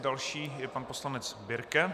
Další je pan poslanec Birke.